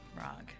rock